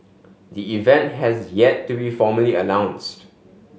the event has yet to be formally announced